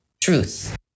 truth